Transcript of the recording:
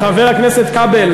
שבת,